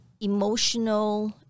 emotional